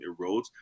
erodes